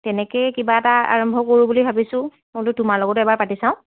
তেনেকে কিবা এটা আৰম্ভ কৰোঁ বুলি ভাবিছোঁ মই বোলো তোমাৰ লগতে এবাৰ পাতি চাওঁ